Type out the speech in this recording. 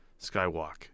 Skywalk